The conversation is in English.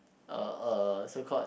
a a so called